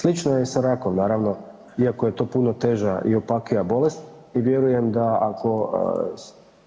Slično je i sa rakom naravno iako je to puno teža i opakija bolest i vjerujem da ako